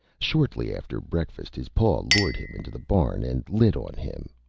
shortly after breakfast his paw lured him into the barn and lit on him.